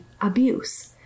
abuse